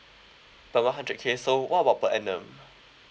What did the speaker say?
about one hundred K so what about per annum